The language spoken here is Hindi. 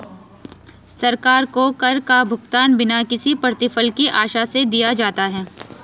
सरकार को कर का भुगतान बिना किसी प्रतिफल की आशा से दिया जाता है